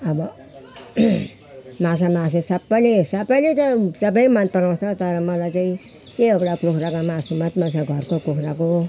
अब माछा मासु सबले सबले त सब मन पराउँछ तर मलाई चाहिँ त्यही एउटा कुखुराको मासु भात माछा घरको कुखुराको